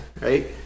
Right